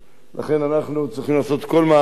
לכן אנחנו צריכים לעשות כל מאמץ